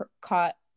caught